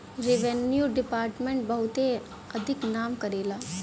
revenue department बहुते अधिक नाम करेला